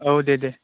औ दे दे